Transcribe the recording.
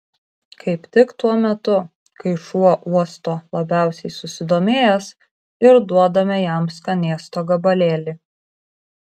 kaip tik tuo metu kai šuo uosto labiausiai susidomėjęs ir duodame jam skanėsto gabalėlį